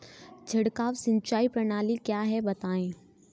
छिड़काव सिंचाई प्रणाली क्या है बताएँ?